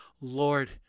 Lord